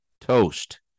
toast